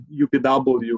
UPW